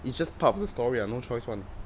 it's just part of the story ah no choice [one]